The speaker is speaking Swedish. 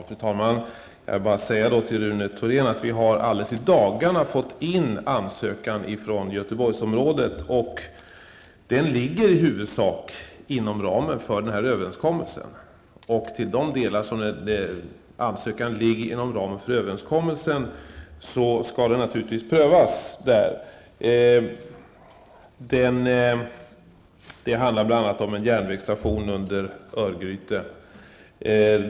Fru talman! Jag vill bara säga till Rune Thorén att vi i dagarna har fått in ansökan från Göteborgsområdet, vilken i huvudsak ligger inom ramen för överenskommelsen. Då skall det naturligtvis prövas. Bl.a. handlar det om en järnvägsstation under Örgryte.